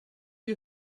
you